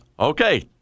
Okay